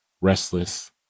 restless